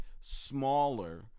smaller